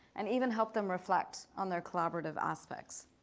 and even help them reflect on their collaborative aspects.